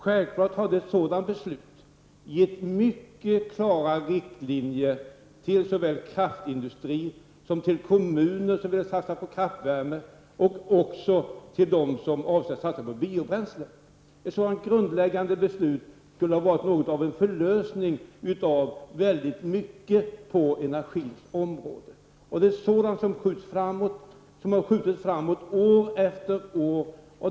Självfallet hade ett sådant beslut gett mycket klara riktlinjer till såväl kraftindustrin som de kommuner som vill satsa på kraftvärme, likaså till dem som avser att satsa på biobränslen. Ett sådant grundläggande beslut skulle ha varit något av en förlösning för väldigt mycket på energiområdet. Det är sådant som har skjutits framåt år efter år.